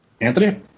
Anthony